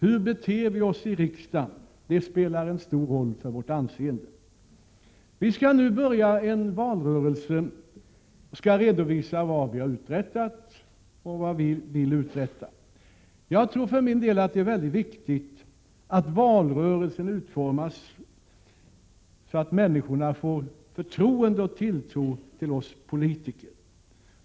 Hur vi beter oss i riksdagen spelar stor roll för vårt anseende. Vi skall nu påbörja en valrörelse och skall redovisa vad vi har uträttat och vad vi vill uträtta. Jag tror för min del att det är väldigt viktigt att valrörelsen utformas så att människorna får förtroende för och tilltro till oss politiker.